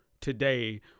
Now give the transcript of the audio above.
today